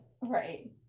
right